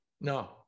No